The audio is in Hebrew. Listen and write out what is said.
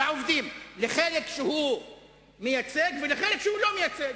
לחלק שהוא מייצג ולחלק שהוא לא מייצג,